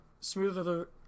smoother